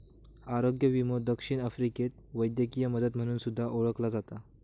आरोग्य विमो दक्षिण आफ्रिकेत वैद्यकीय मदत म्हणून सुद्धा ओळखला जाता